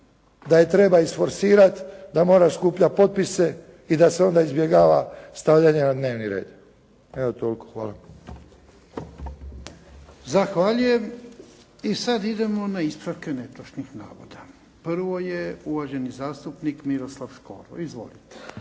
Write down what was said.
da je treba isforsirati, da mora skupljati potpise i da se onda izbjegava stavljanje na dnevni red. Evo toliko, hvala. **Jarnjak, Ivan (HDZ)** Zahvaljujem. I sada idemo na ispravke netočnih navoda. Prvo je uvaženi zastupnik Miroslav Škoro. Izvolite.